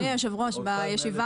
אדוני היושב ראש, בישיבה